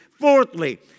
Fourthly